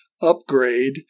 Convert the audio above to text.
upgrade